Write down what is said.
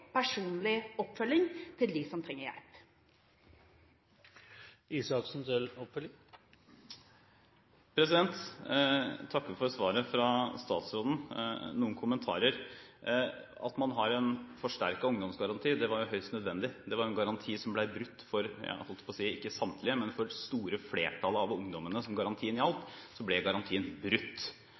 personlig oppfølging til dem som trenger hjelp. Jeg takker for svaret fra statsråden. Noen kommentarer: At man har en forsterket ungdomsgaranti, er høyst nødvendig. Det var en garanti som ble brutt – jeg holdt på å si – ikke for samtlige, men for det store flertallet av ungdommene som garantien